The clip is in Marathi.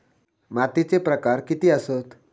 मातीचे प्रकार किती आसत?